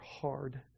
hard